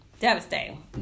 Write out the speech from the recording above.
Devastating